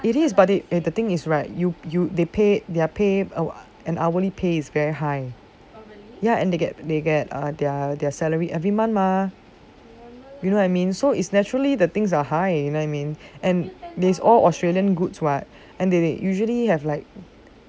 it is but the thing is right you you they paid their paid an hourly pay is very high ya and they get err their salary every month mah you know I mean so is naturally that things are high you know what I mean and is all australian goods [what] and they usually have like